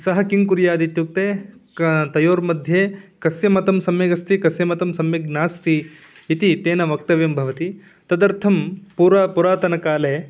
सःकिं कुर्यादित्युक्ते का तयोर्मध्ये कस्य मतं सम्यगस्ति कस्य मतं सम्यग्नास्ति इति तेन वक्तव्यं भवति तदर्थं पूर्वं पुरातनकाले